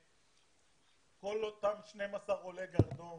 כל אותם 12 עולי גרדום